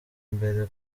mbere